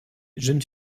jeune